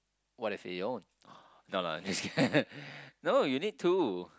what if they own no lah just kidding no you need two